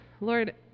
Lord